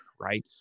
right